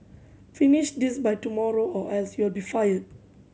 finish this by tomorrow or else you'll be fired